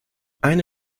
eine